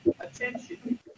attention